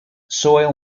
soil